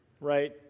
right